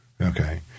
Okay